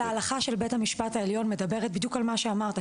ההלכה של בית המשפט העליון מדברת בדיוק על מה שאמרת,